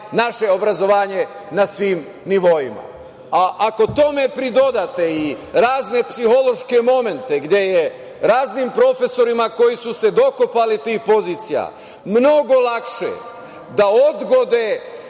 naše obrazovanje na svim nivoima. Ako tome pridodate razne psihološke momente gde je raznim profesorima koji su se dokopali tih pozicija mnogo lakše da odgode